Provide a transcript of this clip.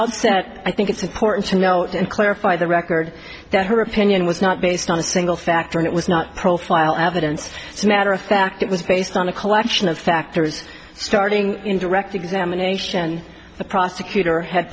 outset i think it's important to note and clarify the record that her opinion was not based on a single factor it was not profile evidence so matter of fact it was based on a collection of factors starting in direct examination the prosecutor had